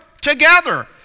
together